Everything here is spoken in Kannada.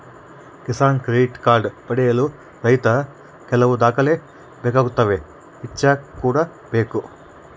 ಕಿಸಾನ್ ಕ್ರೆಡಿಟ್ ಕಾರ್ಡ್ ಪಡೆಯಲು ರೈತ ಕೆಲವು ದಾಖಲೆ ಬೇಕಾಗುತ್ತವೆ ಇಚ್ಚಾ ಕೂಡ ಬೇಕು